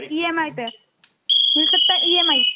E M I پہ مل سکتا ہے ای ایم آئی